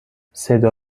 صدا